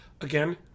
again